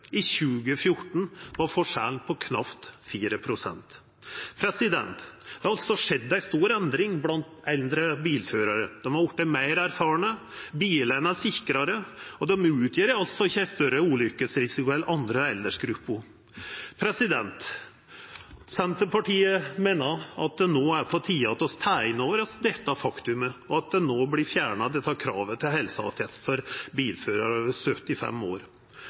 I 2014 var forskjellen på knapt 4 pst. Det har altså skjedd ei stor endring blant eldre bilførarar. Dei er vortne meir erfarne, bilane er sikrare, og dei utgjer altså ikkje ei større ulykkesrisiko enn andre aldersgrupper. Senterpartiet meiner at det no er på tide at vi tek inn over oss dette faktumet, og at kravet om helseattest for bilførarar over 75 år